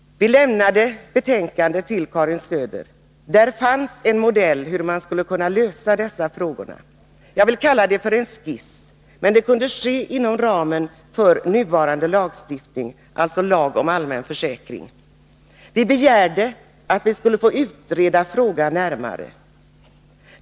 Vi lämnade betänkandet till Karin Söder. Där fanns en modell för hur man skulle kunna lösa frågorna. Jag vill kalla det för en skiss. Det kunde ske inom ramen för nuvarande lagstiftning, alltså lag om allmän försäkring. Vi begärde att vi skulle få utreda frågan närmare.